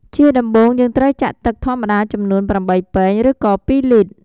ជាដំំបូងយើងត្រូវចាក់ទឹកធម្មតាចំនួន ៨ពែង ឬក៏២លីត្រ